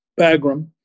Bagram